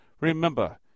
Remember